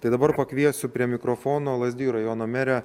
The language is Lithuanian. tai dabar pakviesiu prie mikrofono lazdijų rajono merę